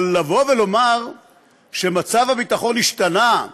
אבל לומר שמצב הביטחון השתנה,